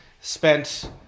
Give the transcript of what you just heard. spent